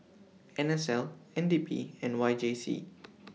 N S L N D P and Y J C